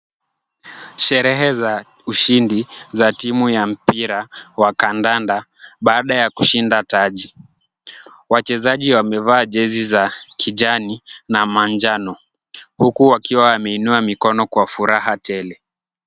Sherehe za ushindi za timu ya mpira wa kandanda baada ya kushinda taji. Wachezaji wamevaa jezi za kijani na manjano. Huku wakiwa wameinua mikono kwa furaha tele.